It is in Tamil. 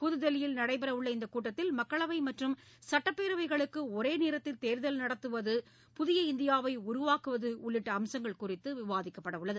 புதுதில்லியில் நடைபெறவுள்ள இந்தக் கூட்டத்தில் மக்களவை மற்றும் சட்டப்பேரவைகளுக்கு ஒரே நேரத்தில் தேர்தல் நடத்துவது புதிய இந்தியாவை உருவாக்குவது உள்ளிட்ட அம்சங்கள் குறித்து விவாதிக்கப்படவுள்ளது